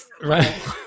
Right